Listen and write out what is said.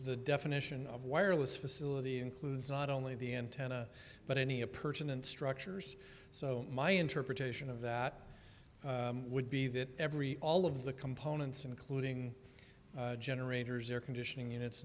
the definition of wireless facility includes not only the antenna but any appurtenance structures so my interpretation of that would be that every all of the components including generators air conditioning units